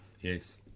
Yes